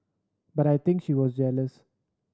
but I think she was jealous